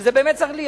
שזה באמת צריך להיות.